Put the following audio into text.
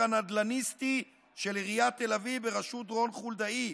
הנדל"ניסטי של עיריית תל אביב בראשות רון חולדאי,